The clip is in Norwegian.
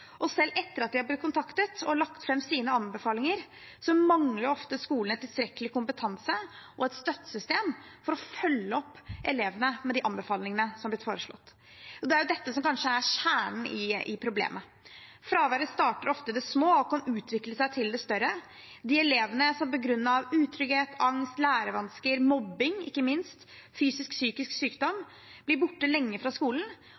og selv etter at de er blitt kontaktet og har lagt fram sine anbefalinger, mangler ofte skolene tilstrekkelig kompetanse og et støttesystem for å følge opp elevene med de anbefalingene som er blitt foreslått. Det er kanskje dette som er kjernen i problemet. Fraværet starter ofte i det små og kan utvikle seg til å bli større. De elevene som på grunn av utrygghet, angst, lærevansker, mobbing – ikke minst – og fysisk og psykisk sykdom blir borte lenge fra skolen,